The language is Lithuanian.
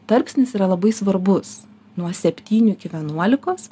tarpsnis yra labai svarbus nuo septynių iki vienuolikos